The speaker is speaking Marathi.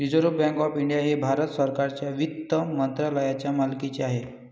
रिझर्व्ह बँक ऑफ इंडिया हे भारत सरकारच्या वित्त मंत्रालयाच्या मालकीचे आहे